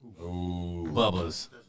Bubba's